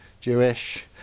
Jewish